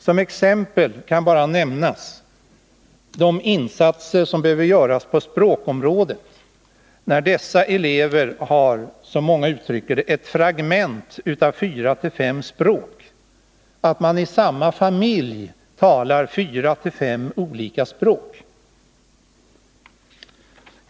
Som exempel kan jag nämna de insatser som behöver göras på språkområdet mot bakgrund av att dessa elever har — som man uttrycker det — fragment av fyra fem språk. Man talar alltså i samma familj fyra fem olika språk.